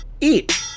Eat